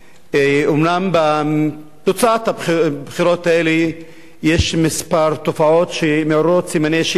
אומנם בתוצאת הבחירות האלה יש תופעות מספר שמעלות סימני שאלה: